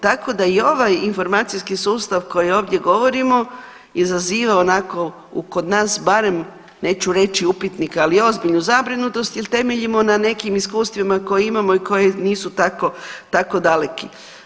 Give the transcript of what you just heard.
Tako da i ovaj informacijski sustav koji ovdje govorimo izaziva onako kod nas barem neću reći upitnik, ali ozbiljnu zabrinutost jer temeljimo na nekim iskustvima koje imamo i koji nisu tako daleki.